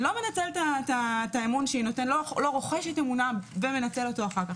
לא רוכש את אמונה ומנצל אותו אחר כך.